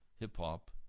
hip-hop